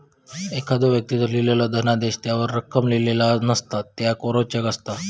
एखाद्दो व्यक्तीक लिहिलेलो धनादेश त्यावर रक्कम लिहिलेला नसता, त्यो कोरो चेक असता